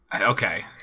Okay